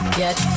get